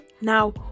Now